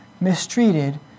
mistreated